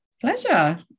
Pleasure